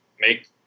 make